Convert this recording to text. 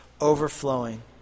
overflowing